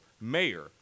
mayor